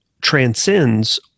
transcends